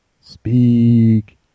Speak